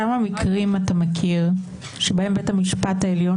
כמה מקרים אתה מכיר שבהם בית המשפט העליון